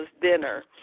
dinner